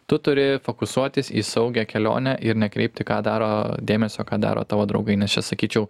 tu turi fokusuotis į saugią kelionę ir nekreipti ką daro dėmesio ką daro tavo draugai nes čia sakyčiau